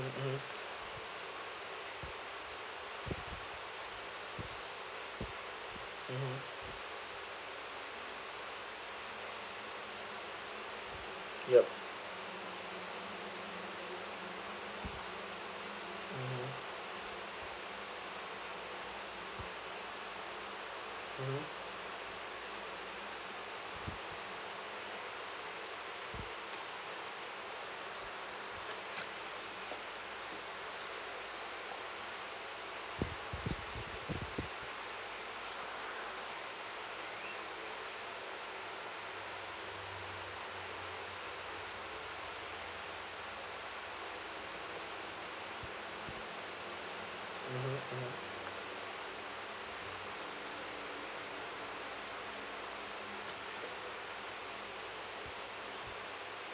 mmhmm mmhmm yup mmhmm mmhmm